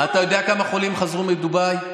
אתה יודע כמה חולים חזרו מדובאי?